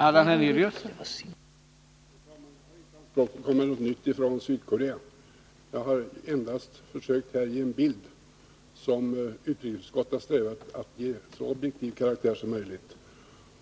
Herr talman! Jag har inte anfört något nytt från Sydkorea. Jag har endast försökt att ge samma bild som utrikesutskottet har strävat efter att ge en så objektiv karaktär som möjligt